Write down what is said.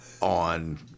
on